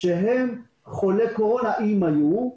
חולי קורונה, אם היו.